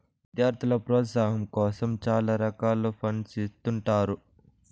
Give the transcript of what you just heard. విద్యార్థుల ప్రోత్సాహాం కోసం చాలా రకాల ఫండ్స్ ఇత్తుంటారు